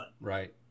Right